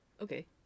Okay